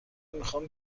میخوام